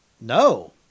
No